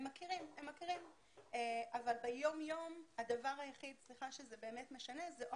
הם מכירים אבל ביום יום הדבר היחיד סליחה שזה באמת משנה זאת